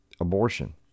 abortion